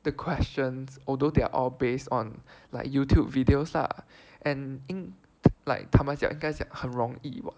the questions although they are all based on like Youtube videos lah and like 他们讲应该是很容易 [what]